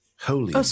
Holy